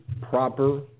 proper